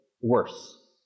worse